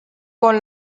con